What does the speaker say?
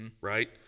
Right